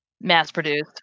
Mass-produced